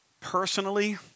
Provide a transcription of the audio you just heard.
personally